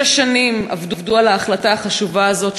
שש שנים עבדו על ההחלטה החשובה הזאת.